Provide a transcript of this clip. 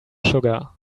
sugar